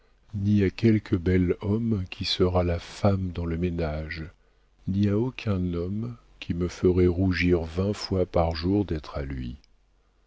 ni à quelque bel homme qui sera la femme dans le ménage ni à aucun homme qui me ferait rougir vingt fois par jour d'être à lui